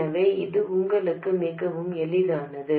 எனவே இது உங்களுக்கு மிகவும் எளிதானது